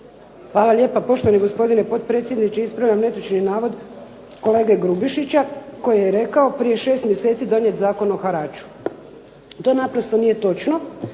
Hvala lijepa, poštovani gospodine potpredsjedniče. Ispravljam netočni navod kolege Grubišića koji je rekao prije šest mjeseci donijet je zakon o haraču. To naprosto nije točno